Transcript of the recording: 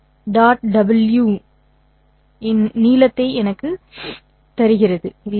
' 'v∨w' of இன் நீளத்தை எனக்கு தருவேன் இல்லையா